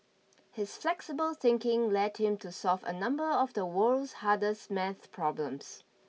his flexible thinking led him to solve a number of the world's hardest math problems